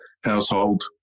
household